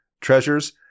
treasures